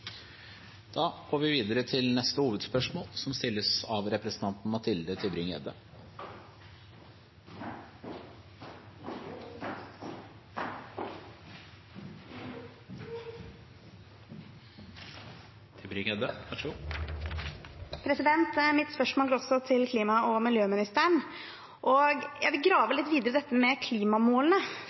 Mitt spørsmål går også til klima- og miljøministeren. Jeg vil grave litt videre i dette med klimamålene,